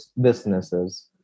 businesses